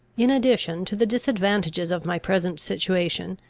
in addition to the disadvantages of my present situation,